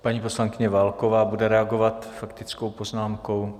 Paní poslankyně Válková bude reagovat faktickou poznámkou.